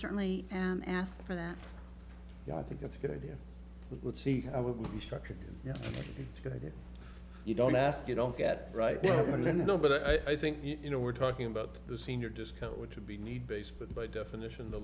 certainly ask for that yeah i think it's a good idea let's see how it would be structured to get it if you don't ask you don't get right but i think you know we're talking about the senior discount which would be need based but by definition the